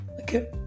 Okay